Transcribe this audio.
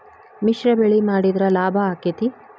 ಮಿಶ್ರ ಬೆಳಿ ಮಾಡಿದ್ರ ಲಾಭ ಆಕ್ಕೆತಿ?